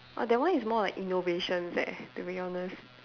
!wah! that one is more like innovations eh to be honest